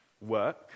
work